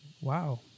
Wow